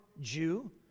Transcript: Jew